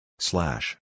Slash